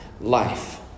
Life